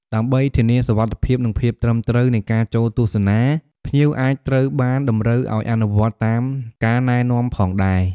ដើម្បីធានាសុវត្ថិភាព និងភាពត្រឹមត្រូវនៃការចូលទស្សនា ភ្ញៀវអាចត្រូវបានតម្រូវឲ្យអនុវត្តតាមការណែនាំផងដែរ។